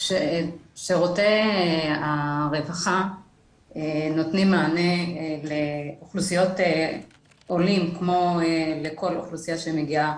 שירותי הרווחה נותנים מענה לאוכלוסיות עולים כמו לכל אוכלוסייה שמגיעה